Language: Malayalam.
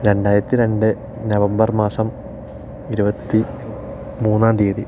രണ്ടായിരത്തി രണ്ട് നവംബർ മാസം ഇരുപത്തി മൂന്നാം തീയ്യതി